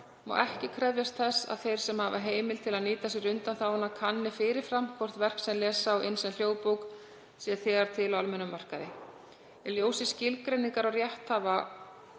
má ekki krefjast þess að þeir sem hafa heimild til að nýta sér undanþáguna kanni fyrir fram hvort verk sem lesa á inn sem hljóðbók sé þegar til á almennum markaði. Í ljósi skilgreiningar á rétthafa